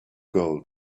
gold